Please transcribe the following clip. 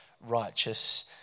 righteous